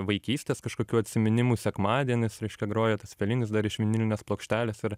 vaikystės kažkokių atsiminimų sekmadienis reiškia groja tas felinis dar iš vinilinės plokštelės ir